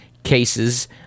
cases